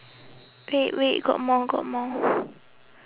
wait wait got more got more